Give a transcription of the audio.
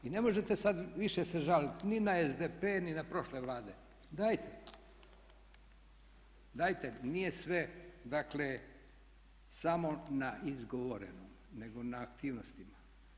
I ne možete sad više se žaliti ni na SDP ni na prošle vlade, dajte nije sve dakle samo na izgovorenom nego i na aktivnostima.